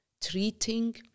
treating